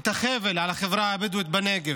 את החבל על החברה הבדואית בנגב: